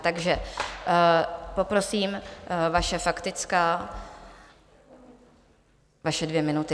Takže poprosím, vaše faktická, vaše dvě minuty.